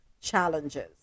challenges